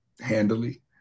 handily